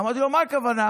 אמרתי לו: מה הכוונה?